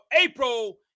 April